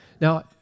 Now